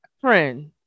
Friend